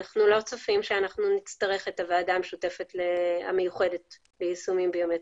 אנחנו לא צופים שאנחנו נצטרך את הוועדה המיוחדת ליישומים ביומטריים.